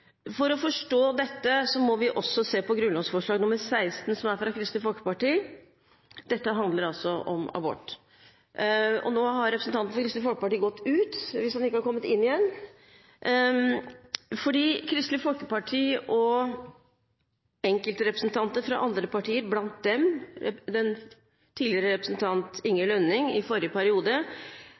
For å forstå dette må vi også se på grunnlovsforslag 16, som er fra Kristelig Folkeparti. Dette handler om abort. Nå har representanten fra Kristelig Folkeparti gått ut – hvis han ikke har kommet inn igjen. Kristelig Folkeparti og enkeltrepresentanter fra andre partier, blant dem tidligere representant Inge Lønning, i forrige periode,